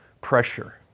pressure